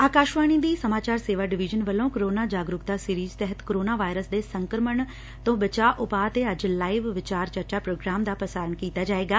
ਆਕਾਸ਼ਵਾਣੀ ਦੀ ਸਮਾਚਾਰ ਸੇਵਾ ਡਵੀਜ਼ਨ ਵੱਲੋ ਕੋਰੋਨਾ ਜਾਗਰੂਕਤਾ ਸੀਰੀਜ਼ ਤਹਿਤ ਕੋਰੋਨਾ ਵਾਇਰਸ ਦੇ ਸੰਕਰਮਣ ਤੋਂ ਬਚਾਅ ਉਪਾਆ ਤੇ ਅੱਜ ਲਾਈਵ ਵਿਚਾਰ ਚਰਚਾ ਪ੍ਰੋਗਰਾਮ ਦਾ ਪ੍ਰਸਾਰਣ ਕੀਤਾ ਜਾਏਗਾ